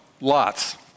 lots